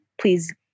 please